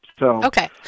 Okay